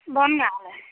বনগাঁৱলৈ